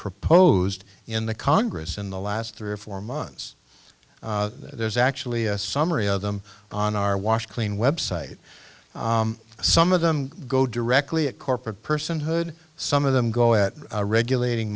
proposed in the congress in the last three or four months there's actually a summary of them on our washed clean website some of them go directly at corporate personhood some of them go at regulating